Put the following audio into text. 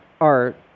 art